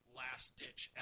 last-ditch